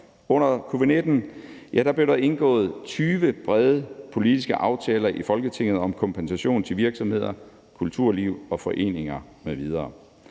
Under covid-19 blev der indgået 20 brede politiske aftaler i Folketinget om kompensation til virksomheder, kulturliv og foreninger med videre.